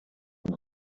then